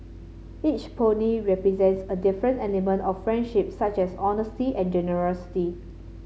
each pony represents a different element of friendship such as honesty and generosity